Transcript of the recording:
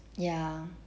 ya